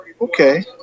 Okay